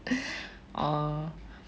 orh